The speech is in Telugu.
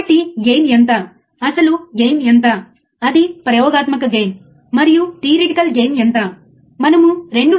కాబట్టి మీ అవుట్పుట్ ఎరుపు రంగు నీలి రంగుని ఎంత వేగంగా అనుసరిస్తుంది